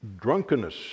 drunkenness